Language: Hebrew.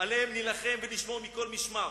שעליהם נילחם ונשמור מכל משמר?